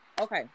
Okay